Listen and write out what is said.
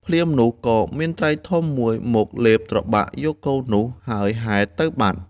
ភ្លាមនោះ ក៏មានត្រីធំមួយមកលេបត្របាក់យកកូននោះ ហើយហែលទៅបាត់។